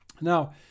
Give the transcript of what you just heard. now